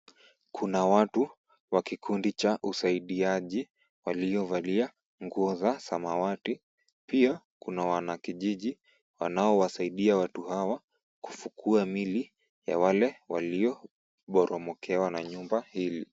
Kuna watu wa kikundi cha usaidiaji waliovalia nguo za samawati. Pia kuna wanakijiji wanaowasaidia watu hawa kufukua miili ya wale walioporomokewa na nyumba hili.